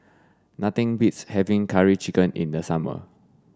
nothing beats having curry chicken in the summer